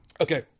Okay